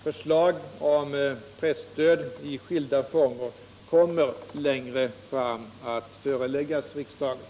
Förslag om presstöd i skilda former kommer längre fram att föreläggas riksdagen.